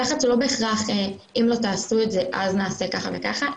הלחץ הוא לא בהכרח של אם לא תעשו את זה אז נעשה ככה וככה,